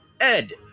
ed